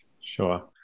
Sure